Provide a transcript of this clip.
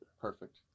Perfect